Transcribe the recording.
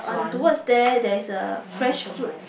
towards there there is a fresh fruit